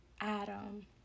Adam